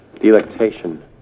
delectation